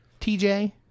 TJ